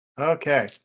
Okay